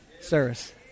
service